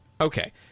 Okay